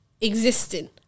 existing